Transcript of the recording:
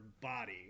body